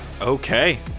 Okay